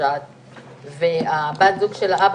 בסופו של דבר יש לנו את המומחים הטובים בעולם,